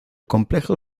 complejo